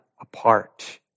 apart